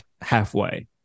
halfway